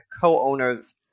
co-owners